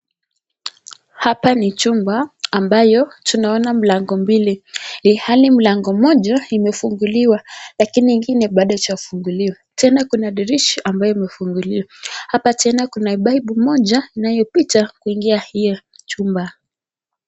Hapa ni chumba ambayo tunaona mlango mbili, ilhali mlango moja imefunguliwa lakini ingine bado haijafunguliwa. Tena kuna dirisha ambayo imefunguliwa. Hapa tena kuna paipu moja inayopita kuingia hiyo chumba.